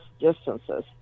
distances